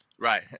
Right